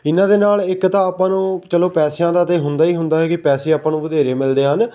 ਇਹਨਾਂ ਦੇ ਨਾਲ ਇੱਕ ਤਾਂ ਆਪਾਂ ਨੂੰ ਚਲੋ ਪੈਸਿਆਂ ਦਾ ਤਾਂ ਹੁੰਦਾ ਹੀ ਹੁੰਦਾ ਹੈ ਕਿ ਪੈਸੇ ਆਪਾਂ ਨੂੰ ਵਧੇਰੇ ਮਿਲਦੇ ਹਨ